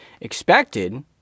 expected